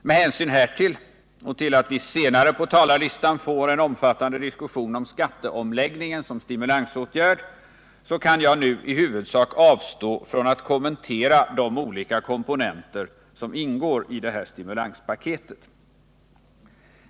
Med hänsyn härtill och till att vi senare på talarlistan får en omfattande diskussion om skatteomläggningen såsom stimulansåtgärd kan jag nu i huvudsak avstå från att kommentera de olika komponenter som ingår i det här stimulanspaketet.